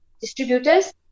distributors